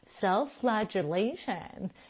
self-flagellation